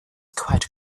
quite